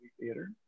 theater